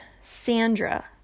Sandra